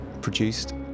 produced